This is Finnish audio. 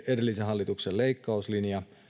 edellisen hallituksen leikkauslinjalta